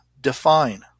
define